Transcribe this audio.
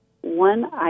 one